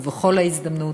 ובכל הזדמנות.